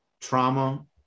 trauma